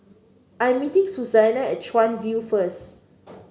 I am meeting Susannah at Chuan View first